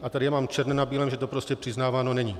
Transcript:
A tady já mám černé na bílém, že to prostě přiznáváno není.